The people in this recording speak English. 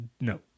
no